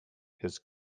his